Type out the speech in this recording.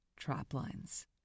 Traplines